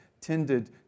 tended